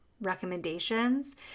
recommendations